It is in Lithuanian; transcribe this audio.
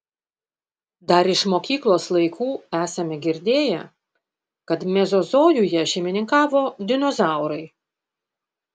dar iš mokyklos laikų esame girdėję kad mezozojuje šeimininkavo dinozaurai